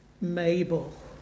Mabel